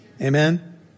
Amen